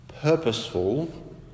purposeful